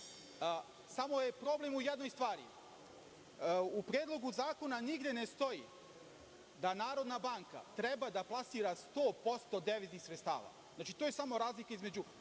ali je problem u jednoj stvari. U Predlogu zakona nigde ne stoji da Narodna banka treba da plasira 100% deviznih sredstava. To je samo razlika između